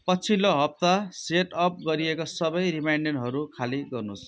पछिल्लो हप्ता सेटअप गरिएका सबै रिमाइन्डरहरू खाली गर्नुहोस्